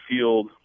field